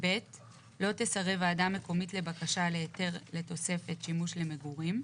(ב)לא תסרב ועדה מקומית לבקשה להיתר לתוספת שימוש למגורים,